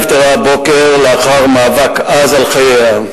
נפטרה הבוקר לאחר מאבק עז על חייה,